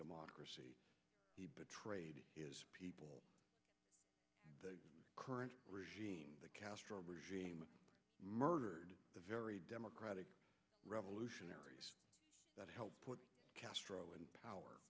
democracy he betrayed his people the current regime the castro regime murdered the very democratic revolutionaries that have put castro in power